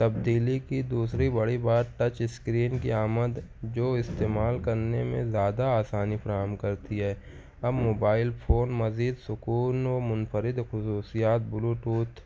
تبدیلی کی دوسری بڑی بات ٹچ اسکرین کی آمد جو استعمال کرنے میں زیادہ آسانی فراہم کرتی ہے اب موبائل فون مزید سکون و منفرد خصوصیات بلوٹوتھ